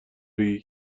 بگی